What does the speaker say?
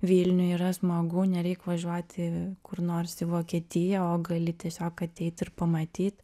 vilniuj yra smagu nereik važiuoti kur nors į vokietiją o gali tiesiog ateit ir pamatyt